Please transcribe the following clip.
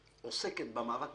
הוא גם חלק מאוד-מאוד חשוב.